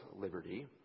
liberty